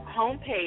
homepage